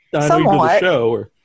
Somewhat